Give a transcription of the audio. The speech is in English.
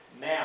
now